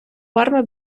форми